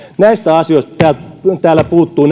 näistä asioista puuttuu